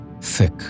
thick